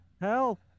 Help